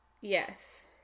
Yes